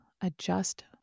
adjust